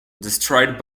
destroyed